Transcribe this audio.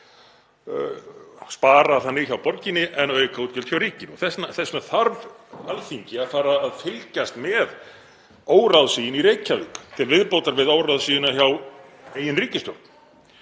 sparað hjá borginni en aukin útgjöld hjá ríkinu. Þess vegna þarf Alþingi að fara að fylgjast með óráðsíunni í Reykjavík til viðbótar við óráðsíuna hjá eigin ríkisstjórn.